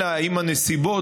אלא אם כן הנסיבות,